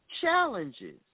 challenges